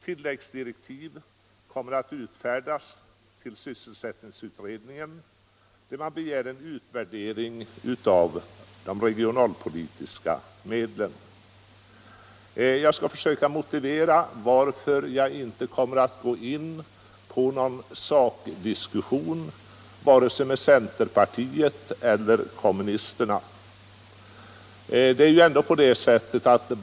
Till sysselsättningsutredningen kommer det att utfärdas tilläggsdirektiv, vari man begär en utvärdering av de regionalpolitiska medlen. Jag skall försöka motivera varför jag inte kommer att gå in på någon sakdiskussion med vare sig centerpartiet eller kommunisterna.